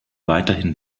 weiterhin